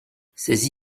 ces